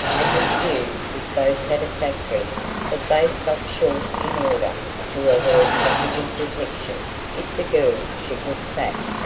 and this view was so satisfactory that they stopped short in order to avoid possible detection if the girl should look back.